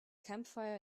campfire